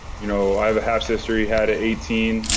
you know i have a half sister he had at eighteen.